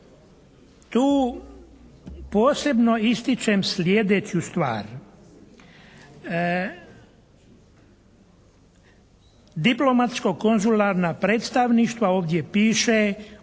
Tu posebno ističem sljedeću stvar. Diplomatsko konzularna predstavništva ovdje piše